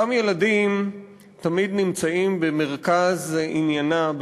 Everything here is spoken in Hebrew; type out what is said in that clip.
אותם ילדים תמיד נמצאים במרכז עניינה,